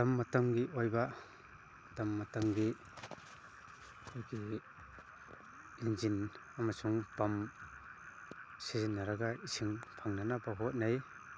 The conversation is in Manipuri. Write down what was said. ꯃꯇꯝ ꯃꯇꯝꯒꯤ ꯑꯣꯏꯕ ꯃꯇꯝ ꯃꯇꯝꯒꯤ ꯑꯩꯈꯣꯏꯒꯤ ꯏꯟꯖꯤꯟ ꯑꯃꯁꯨꯡ ꯄꯝ ꯁꯤꯖꯤꯟꯅꯔꯒ ꯏꯁꯤꯡ ꯐꯪꯅꯅꯕ ꯍꯣꯠꯅꯩ